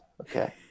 okay